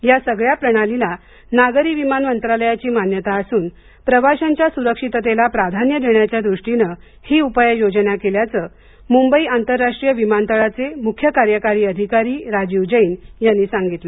या सगळ्या प्रणालीला नागरी विमान मंत्रालयाची मान्यता असून प्रवाशांच्या सुरक्षिततेला प्राधान्य देण्याच्या दृष्टीने ही उपाय योजना केल्याचं मुंबई आंतरराष्ट्रीय विमानतळाचे मुख्य कार्यकारी अधिकारी राजीव जैन यांनी सांगितलं